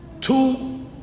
two